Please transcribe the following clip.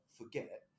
forget